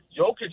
Jokic